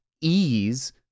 ease